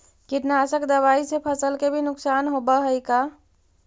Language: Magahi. कीटनाशक दबाइ से फसल के भी नुकसान होब हई का?